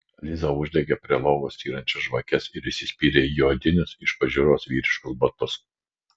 liza uždegė prie lovos styrančias žvakes ir įsispyrė į odinius iš pažiūros vyriškus batus